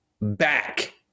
back